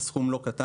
שזה סכום לא קטן,